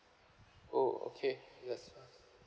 oh okay yes